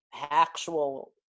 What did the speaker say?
actual